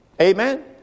Amen